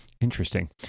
interesting